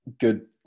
good